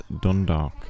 Dundalk